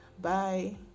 Bye